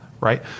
right